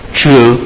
true